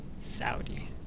Saudi